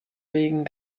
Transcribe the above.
wegen